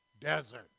desert